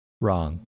Wrong